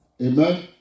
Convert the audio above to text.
Amen